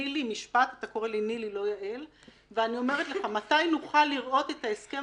נילי, אני אומרת לך: מתי נוכל לראות את ההסכם